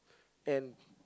and